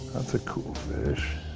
that's a cool fish.